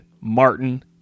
Martin